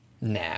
Nah